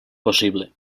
possible